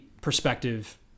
perspective